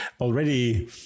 already